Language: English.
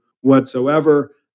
whatsoever